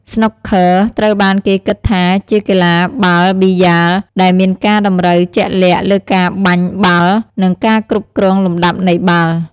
ស្នូកឃឺត្រូវបានគេគិតថាជាកីឡាបាល់ប៊ីយ៉ាលដែលមានការតម្រូវជាក់លាក់លើការបាញ់បាល់ និងការគ្រប់គ្រងលំដាប់នៃបាល់។